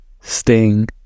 sting